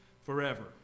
Forever